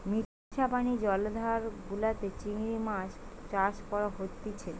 মিঠা পানি জলাধার গুলাতে চিংড়ি মাছ চাষ করা হতিছে